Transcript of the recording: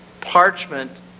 parchment